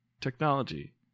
Technology